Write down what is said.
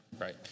right